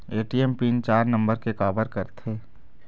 ATM pin चार number के काबर करथे?